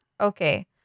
Okay